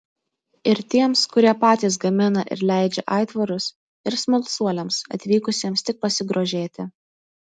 ir tiems kurie patys gamina ir leidžia aitvarus ir smalsuoliams atvykusiems tik pasigrožėti